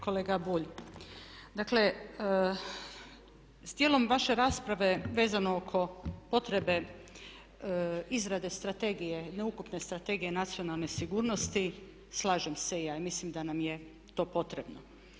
Kolega Bulj, dakle s dijelom vaše rasprave vezano oko potrebe izrade strategije, ukupne Strategije nacionalne sigurnosti slažem se i ja, mislim da nam je to potrebno.